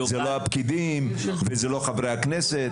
זוהי לא אשמת הפקידים או חברי הכנסת.